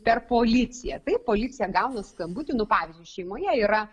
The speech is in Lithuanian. per policiją tai policija gauna skambutį nu pavyzdžiui šeimoje yra